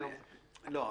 א.